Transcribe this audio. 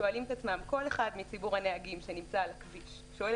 כל אחד מציבור הנהגים שנמצא על הכביש שואל